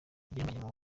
igihangange